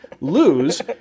lose